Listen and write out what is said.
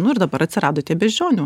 nu ir dabar atsirado tie beždžionių